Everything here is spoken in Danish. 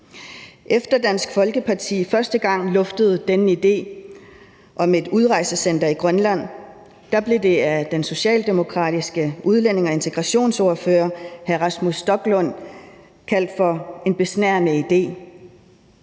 Efter Dansk Folkeparti første gang luftede denne idé om et udrejsecenter i Grønland, blev det af den socialdemokratiske udlændinge- og integrationsordfører, hr. Rasmus Stoklund, kaldt for en besnærende idé.